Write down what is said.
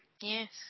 Yes